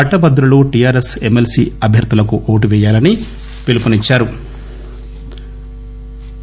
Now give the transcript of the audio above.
పట్టభద్రులు TRS MLC అభ్యర్దులకు ఓటు పేయాలని పిలుపునిచ్చారు